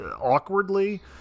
awkwardly